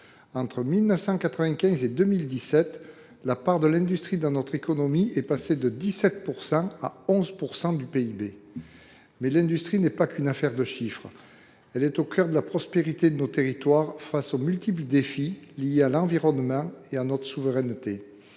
Entre 1995 et 2017, la part de l’industrie dans notre économie est passée de 17 % à 11 % du PIB. Mais l’industrie n’est pas qu’une affaire de chiffres. Elle est au cœur de la prospérité de nos territoires, face aux multiples défis liés à l’environnement et à notre souveraineté.